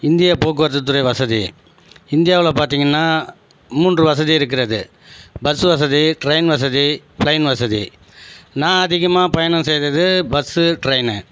India போக்குவரத்து துறை வசதி இந்தியாவில் பார்த்தீங்கனா மூன்று வசதி இருக்கிறது பஸ்ஸு வசதி ட்ரெயின் வசதி ஃப்ளைன் வசதி நான் அதிகமாக பயணம் செய்கிறது பஸ்ஸு ட்ரெயின்னு